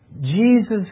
Jesus